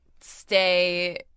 stay